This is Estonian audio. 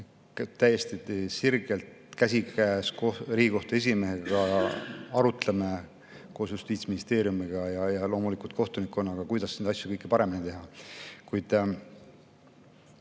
täiesti sirgelt käsikäes Riigikohtu esimehega arutleme koos Justiitsministeeriumiga ja loomulikult kohtunikkonnaga, kuidas kõiki neid asju paremini teha.